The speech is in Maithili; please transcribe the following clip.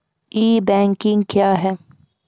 ई बैंकिंग क्या हैं?